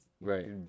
Right